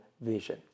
vision